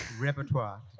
repertoire